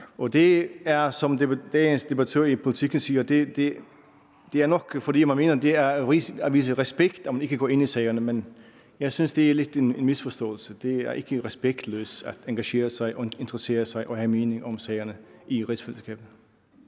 siger i dagens Politiken, er det nok, fordi man mener, det er at vise respekt, når man ikke går ind i sagerne. Men jeg synes, det er lidt en misforståelse. Det er ikke respektløst at engagere sig, at have interesse og at have en mening om sagerne i rigsfællesskabet.